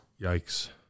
Yikes